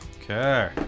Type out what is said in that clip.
Okay